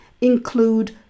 include